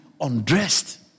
undressed